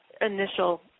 initial